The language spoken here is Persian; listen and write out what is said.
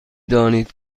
دانید